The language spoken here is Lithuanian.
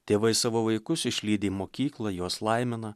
tėvai savo vaikus išlydi į mokyklą juos laimina